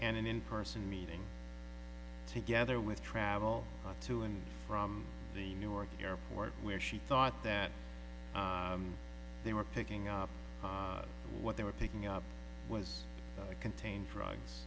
and in person meeting together with travel to and from the newark airport where she thought that they were picking up what they were picking up was contain